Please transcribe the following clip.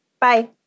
Bye